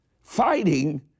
Fighting